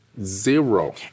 zero